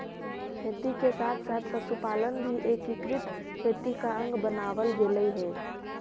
खेती के साथ साथ पशुपालन भी एकीकृत खेती का अंग बनवाल गेलइ हे